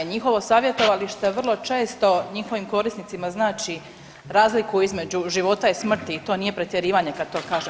Njihovo savjetovalište vrlo često njihovim korisnicima znači razliku između života i smrti i to nije pretjerivanje kad to kažem.